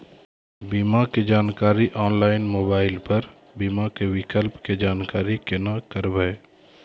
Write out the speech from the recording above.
बीमा के जानकारी ऑनलाइन मोबाइल पर बीमा के विकल्प के जानकारी केना करभै?